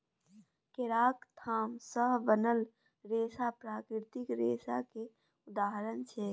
केराक थाम सँ बनल रेशा प्राकृतिक रेशा केर उदाहरण छै